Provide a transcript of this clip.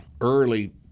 Early